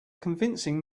convincing